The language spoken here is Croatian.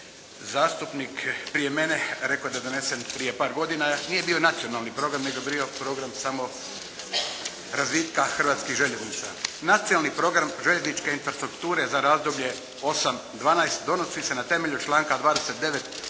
zastupnik prije mene, rekao je da je donesen prije par godina, nije bio nacionalni program, nego je bio program samo razvitka Hrvatskih željeznica. Nacionalni program željezničke infrastrukture za razdoblje 2008./12. donosi se na temelju članka 29.